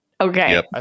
Okay